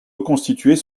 reconstituer